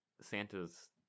Santa's